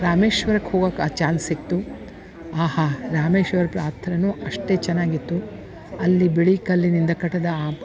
ರಾಮೇಶ್ವರಕ್ಕೆ ಹೋಗಾಕೆ ಆ ಚಾನ್ಸ್ ಸಿಕ್ತು ಆಹಾ ರಾಮೇಶ್ವರ ಯಾತ್ರೆನೂ ಅಷ್ಟೇ ಚೆನ್ನಾಗಿತ್ತು ಅಲ್ಲಿ ಬಿಳಿ ಕಲ್ಲಿನಿಂದ ಕಟ್ದ ಆಪ್